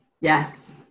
Yes